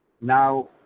Now